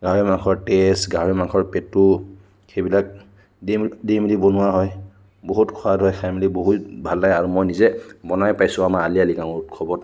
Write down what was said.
গাহৰি মাংসৰ টেজ গাহৰি মাংসৰ পেটু সেইবিলাক দি মেলি দি মেলি বনোৱা হয় বহুত সোৱাদ হয় খাই মেলি বহুত ভাল লাগে আৰু মই নিজে বনাই পাইছোঁ আমাৰ আলি আই লৃগাং উৎসৱত